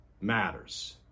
matters